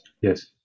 Yes